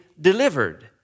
delivered